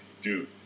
dude